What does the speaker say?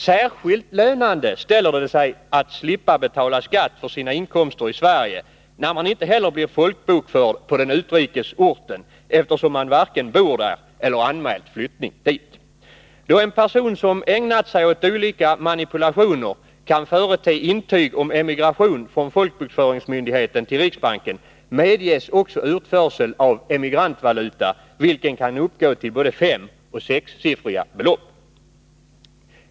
Särskilt lönande ställer det sig att slippa betala skatt för sina inkomster i Sverige, när man inte heller blir folkbokförd på den utrikes orten, eftersom man varken bor där eller anmält flyttning dit. Då en person som ägnat sig åt dylika manipulationer kan förete intyg om emigration från folkbokföringsmyndigheten till riksbanken medges också utförsel av emigrantvaluta, vilken kan uppgå till både femoch sexsiffriga belopp.